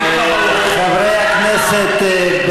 באה לעם, חברי הכנסת.